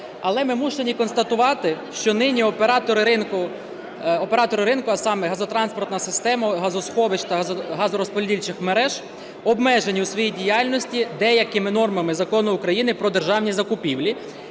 Але ми змушені констатувати, що нині оператори ринку, а саме газотранспортна система газосховищ та газорозподільчих мереж обмежені у своїй діяльності деякими нормами Закону України про державні закупівлі